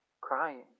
crying